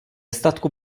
statku